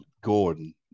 Gordon